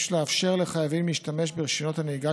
יש לאפשר לחייבים להשתמש ברישיונות הנהיגה